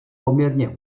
poměrně